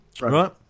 Right